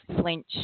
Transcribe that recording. flinch